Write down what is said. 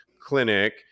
clinic